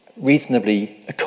reasonably